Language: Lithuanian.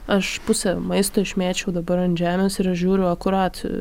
aš pusę maisto išmėčiau dabar ant žemės ir aš žiūriu akurat